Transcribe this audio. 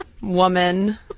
woman